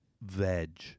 veg